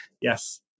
Yes